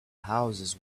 houses